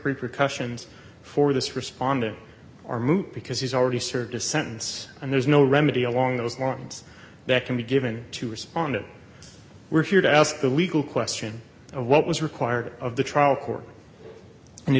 repercussions for this respondent are moot because he's already served his sentence and there's no remedy along those lines that can be given to respond it we're here to ask the legal question of what was required of the trial court and you